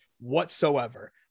whatsoever